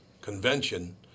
convention